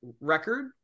record